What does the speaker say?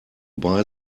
buy